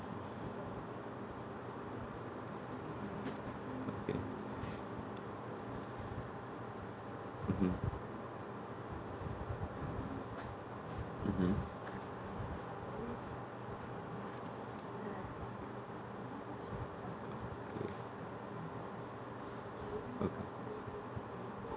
okay mmhmm mmhmm okay oh